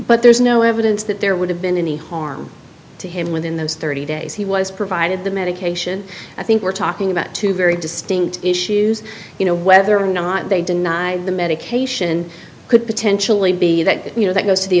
but there's no evidence that there would have been any harm to him within those thirty days he was provided the medication i think we're talking about two very distinct issues you know whether or not they deny the medication could potentially be that you know that goes to the